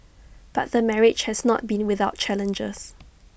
but the marriage has not been without challenges